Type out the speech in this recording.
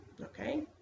okay